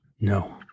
No